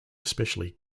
especially